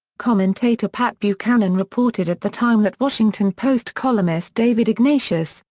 commentator pat buchanan reported at the time that washington post columnist david ignatius,